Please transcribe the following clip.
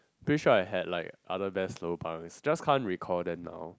pretty sure I had like other best lobangs just can't recall them now